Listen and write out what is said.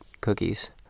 cookies